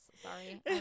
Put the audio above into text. sorry